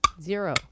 Zero